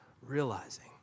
realizing